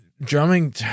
drumming